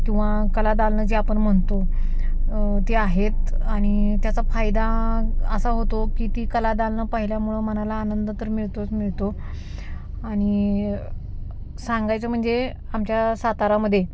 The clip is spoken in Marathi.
किंवा कलादालनं जी आपण म्हणतो ती आहेत आणि त्याचा फायदा असा होतो की ती कलादालनं पाहिल्यामुळं मनाला आनंद तर मिळतोच मिळतो आणि सांगायचं म्हणजे आमच्या साताऱ्यामध्ये